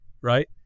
right